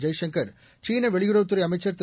ஜெய்சங்கர் சீன வெளியுறவுத்துறை அமைச்சர் திரு